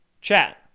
chat